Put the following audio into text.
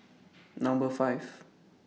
Number five